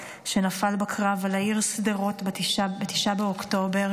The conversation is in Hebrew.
שנפל בקרב על העיר שדרות ב-9 באוקטובר